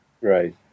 Right